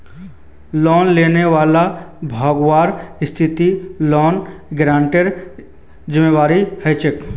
loan लेने वालाक भगवार स्थितित लोन गारंटरेर जिम्मेदार ह बे